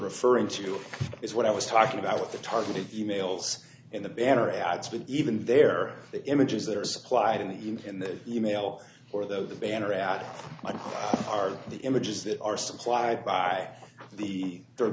referring to is what i was talking about with the targeted e mails and the banner ads but even there the images that are supplied and even that e mail or the banner ad are the images that are supplied by the third